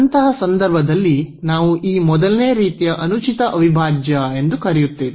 ಅಂತಹ ಸಂದರ್ಭದಲ್ಲಿ ನಾವು ಈ ಮೊದಲನೇ ರೀತಿಯ ಅನುಚಿತ ಅವಿಭಾಜ್ಯ ಎಂದು ಕರೆಯುತ್ತೇವೆ